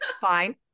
fine